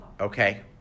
Okay